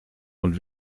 und